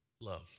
love